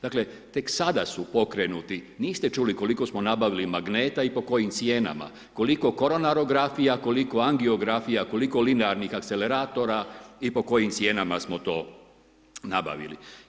Dakle, tek sada su pokrenuti, niste čuli koliko smo nabavili magneta i po kojim cijenama, koliko koronarografija, koliko angiografija, koliko linearnih akceleratora i po kojim cijenama smo to nabavili.